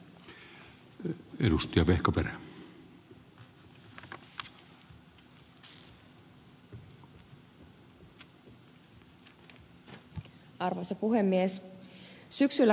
arvoisa puhemies